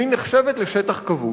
והיא נחשבת לשטח כבוש.